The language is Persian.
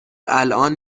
الان